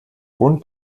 und